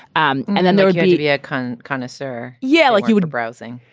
um and then there were the media can kind of. sir. yeah. like you would browsing.